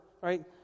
right